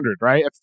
right